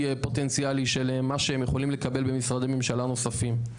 פוטנציאלי של מה שהם יכולים לקבל במשרדי ממשלה נוספים.